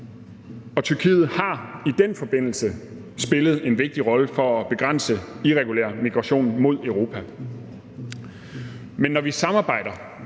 dag. Tyrkiet har i den forbindelse spillet en vigtig rolle for at begrænse irregulær migration mod Europa. Men når vi samarbejder,